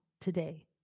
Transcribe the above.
today